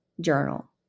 journal